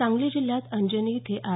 सांगली जिल्ह्यात अंजनी इथं आर